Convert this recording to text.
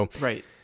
Right